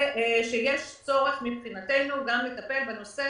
ויש צורך מבחינתנו גם לטפל בנושא